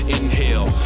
Inhale